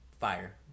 fire